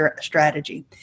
strategy